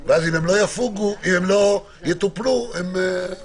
ואז אם הם לא יטופלו, הם יתפוגגו.